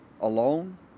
alone